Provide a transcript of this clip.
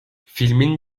filmin